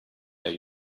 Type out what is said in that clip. der